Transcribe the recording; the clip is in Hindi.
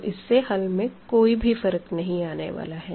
तो इससे हल में कोई भी फर्क नहीं आने वाला है